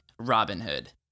Robinhood